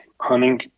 hunting